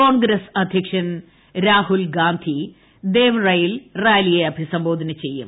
കോൺഗ്രസ് അധ്യക്ഷൻ രാഹുൽഗാന്ധി ദേവ്റയിൽ റാലിയെ അഭിസംബോധന ചെയ്യും